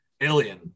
Alien